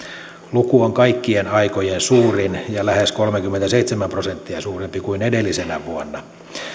luku on kaikkien aikojen suurin ja lähes kolmekymmentäseitsemän prosenttia suurempi kuin edellisenä vuonna